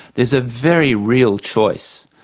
there's a very real choice.